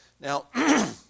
Now